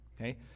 okay